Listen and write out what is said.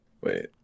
wait